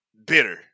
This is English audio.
bitter